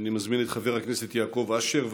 אני מזמין את חבר הכנסת יעקב אשר,